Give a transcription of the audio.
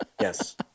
Yes